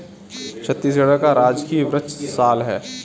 छत्तीसगढ़ का राजकीय वृक्ष साल है